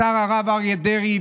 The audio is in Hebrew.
השר הרב אריה דרעי,